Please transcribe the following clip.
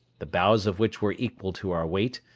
the boughs of which were equal to our weight,